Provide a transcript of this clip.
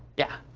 yeah?